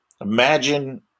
imagine